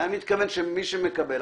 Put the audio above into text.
אני מתכוון שמי שמקבל,